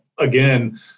Again